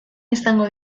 izango